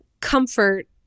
comfort